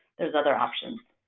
there's other options.